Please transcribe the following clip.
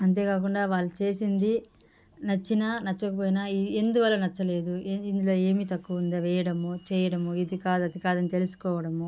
అంతేకాకుండా వాళ్లు చేసింది నచ్చిన నచ్చకపోయినా ఎందువల్ల నచ్చలేదు ఏది ఇందులో ఏమి తక్కువ ఉంది వెయ్యడము చేయడము ఇది కాదు అది కాదు అని తెలుసుకోవడము